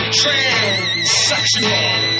transsexual